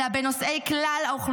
אלא בכלל נושאי האוכלוסיות,